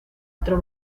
otro